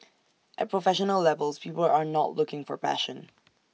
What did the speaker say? at professional levels people are not looking for passion